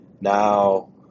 now